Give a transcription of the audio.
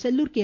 Sellur K